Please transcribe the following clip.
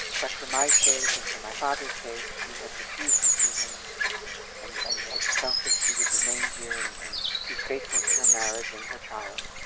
but for my sake and for my father's sake she had refused to see him and and had felt that she would remain here and and be faithful to her marriage and her child.